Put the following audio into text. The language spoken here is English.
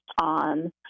on